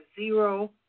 zero